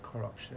corruption